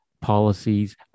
policies